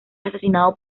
asesinado